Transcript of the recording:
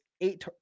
eight